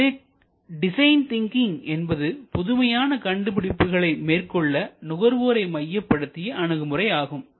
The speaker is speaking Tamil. எனவே டிசைன் திங்கிங் என்பது புதுமையான கண்டுபிடிப்புகளை மேற்கொள்ள நுகர்வோரை மையப்படுத்திய அணுகுமுறை ஆகும்